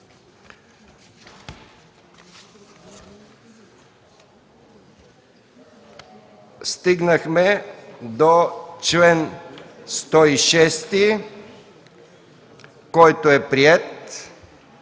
Стигнахме до чл. 106, който е приет.